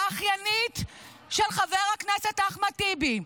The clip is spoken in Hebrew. האחיינית של חבר הכנסת אחמד טיבי,